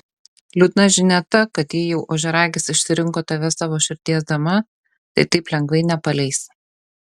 liūdna žinia ta kad jei jau ožiaragis išsirinko tave savo širdies dama tai taip lengvai nepaleis